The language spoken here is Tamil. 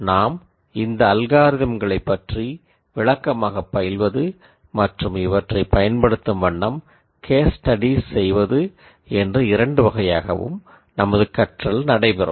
நாம் இந்த அல்காரிதம்களைப் பற்றி விளக்கமாகப் பயில்வது மற்றும் இவற்றை பயன்படுத்தி கேஸ் ஸ்டடீஸ் செய்வது என்று இரண்டு வகையாகவும் நமது கற்றல் நடைபெறும்